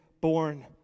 born